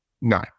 no